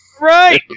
Right